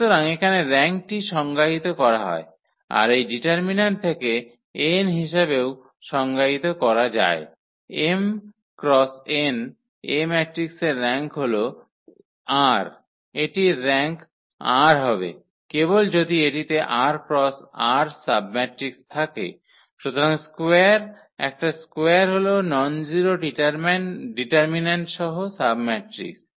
সুতরাং এখানে র্যাঙ্কটি সংজ্ঞায়িত করা হয় আর এই ডিটারমিন্যান্ট থেকে n হিসাবেও সংজ্ঞায়িত করা যায় m × n A ম্যাট্রিক্সের র্যাঙ্ক হল 𝑟 এটির র্যাঙ্ক 𝑟 হবে কেবল যদি এটিতে 𝑟 × 𝑟 সাবমেট্রিক্স থাকে সুতরাং স্কোয়ার একটা স্কোয়ার হল ননজিরো ডিটারমিন্যান্ট সহ সাবমেট্রিক্স